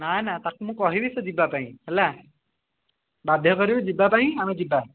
ନା ନା ତା'କୁ ମୁଁ କହିବି ସେ ଯିବାପାଇଁ ହେଲା ବାଧ୍ୟ କରିବି ଯିବାପାଇଁ ଆମେ ଯିବା